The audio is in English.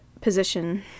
position